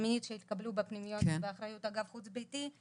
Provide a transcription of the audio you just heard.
מינית שהתקבלו בפנימיות שבאחריות אגף חוץ ביתי,